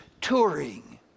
touring